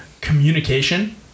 communication